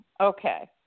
Okay